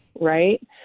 right